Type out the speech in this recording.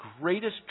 greatest